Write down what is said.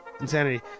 Insanity